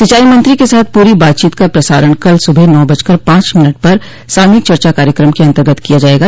सिंचाई मंत्री के साथ पूरी बातचीत का प्रसारण कल सूबह नौ बजकर पांच मिनट पर सामयिक चर्चा कार्यक्रम के अन्तर्गत किया जायेगा